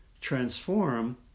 transform